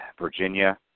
Virginia